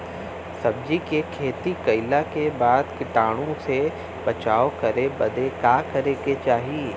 सब्जी के खेती कइला के बाद कीटाणु से बचाव करे बदे का करे के चाही?